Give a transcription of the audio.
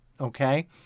Okay